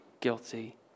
Guilty